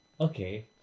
okay